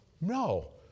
No